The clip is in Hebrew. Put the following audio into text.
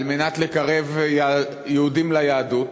על מנת לקרב יהודים ליהדות.